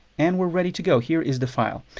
and we're ready to go. here is the file,